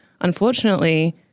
Unfortunately